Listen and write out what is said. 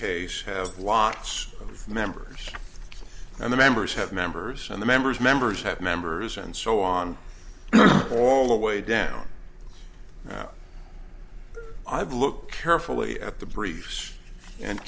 case have lots of members and the members have members and the members members have members and so on all the way down i've looked carefully at the briefs and